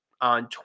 on